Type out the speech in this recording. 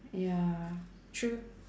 ya true